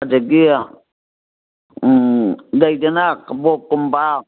ꯑꯗꯒꯤ ꯎꯝ ꯂꯩꯗꯅ ꯀꯕꯣꯛ ꯀꯨꯝꯕ